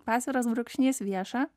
pasviras brūkšnys vieša